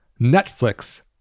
Netflix